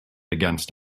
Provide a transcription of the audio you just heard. against